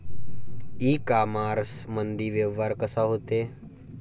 इ कामर्समंदी व्यवहार कसा होते?